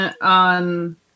on